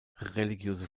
religiöse